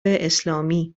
اسلامی